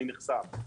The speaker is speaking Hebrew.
אני נחסם.